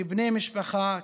כבני משפחה,